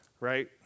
right